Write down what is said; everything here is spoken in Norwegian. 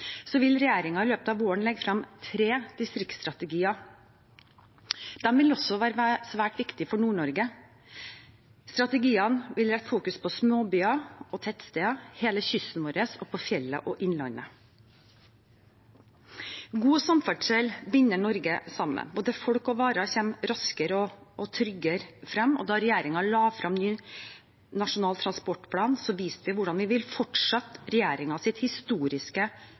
vil regjeringen i løpet av våren legge fram tre distriktsstrategier. De vil også være svært viktige for Nord-Norge. Strategiene vil rette fokus på småbyer og tettsteder, hele kysten vår og på fjellet og innlandet. God samferdsel binder Norge sammen. Både folk og varer kommer raskere og tryggere frem. Da regjeringen la frem ny nasjonal transportplan, viste vi hvordan vi vil fortsette regjeringens historiske